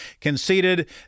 conceded